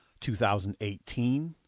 2018